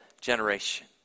generation